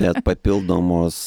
bet papildomos